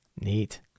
Neat